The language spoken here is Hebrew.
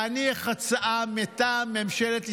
להניח הצעה מטעם ממשלת ישראל,